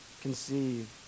conceive